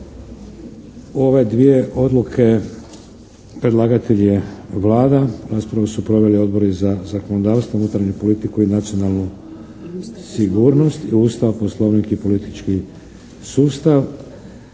Ove dvije odluke predlagatelj je Vlada. Raspravu su proveli odbori za zakonodavstvo, unutarnju politiku i nacionalnu sigurnost i Ustav, Poslovnik i politički sustav.